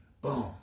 boom